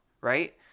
right